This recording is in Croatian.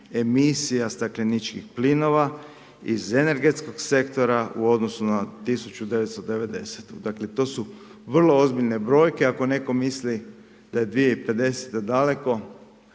emisija stakleničkih plinova iz energetskog sektora u odnosu na 1990. Dakle, to su vrlo ozbiljne brojke, ako netko misli da je 2050. daleko,